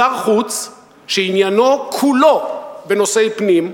שר חוץ שעניינו, כולו, בנושאי פנים,